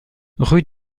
rue